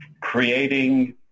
creating